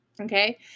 okay